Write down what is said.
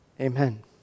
amen